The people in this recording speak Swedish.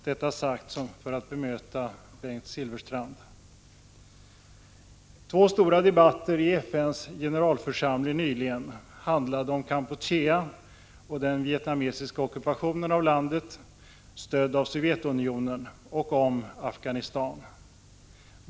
— Detta sagt för att bemöta Bengt Silfverstrand. Två stora debatter i FN:s generalförsamling nyligen handlade om Kampuchea och den vietnamesiska av Sovjetunionen stödda ockupationen av landet och om Afghanistan.